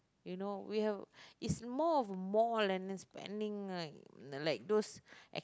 you know we have it's more of more than and then spending like like those